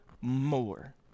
more